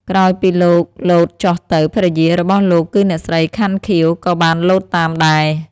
ក្រោយពីលោកលោតចុះទៅ ភរិយារបស់លោកគឺអ្នកស្រី ខាន់ ខៀវ ក៏បានលោតតាមដែរ។